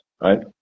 Right